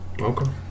Okay